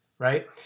right